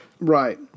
Right